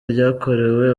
ryakorewe